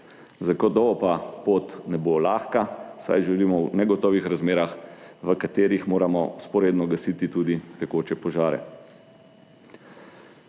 Zagotovo pa pot ne bo lahka, saj živimo v negotovih razmerah, v katerih moramo vzporedno gasiti tudi tekoče požare.